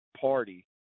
Party